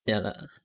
ya lah